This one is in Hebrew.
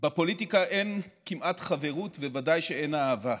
בפוליטיקה אין כמעט חברות, וודאי שאין אהבה,